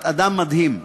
את אדם מדהים.